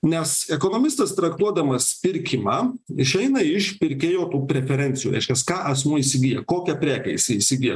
nes ekonomistas traktuodamas pirkimą išeina iš pirkėjo tų preferencijų reiškias ką asmuo įsigyja kokią prekę jisai įsigyja